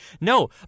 No